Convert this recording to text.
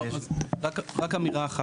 לא, אז רק אמירה אחת.